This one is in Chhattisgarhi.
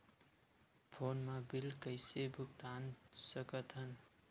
फोन मा बिल कइसे भुक्तान साकत हन?